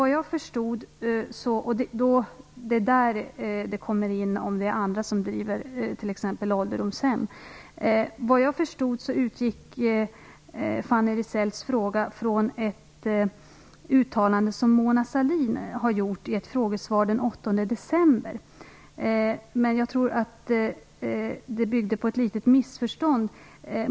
Det är där andra som driver t.ex. ålderdomshem kommer in. Såvitt jag förstod utgick Fanny Rizells fråga från ett uttalande som Mona Sahlin har gjort i ett frågesvar den 8 december. Jag tror att det byggde på ett litet missförstånd.